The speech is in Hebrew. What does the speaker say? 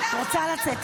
רוצה לצאת?